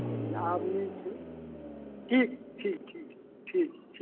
लेकिन आब नहि छै ठीक ठीक ठीक ठीक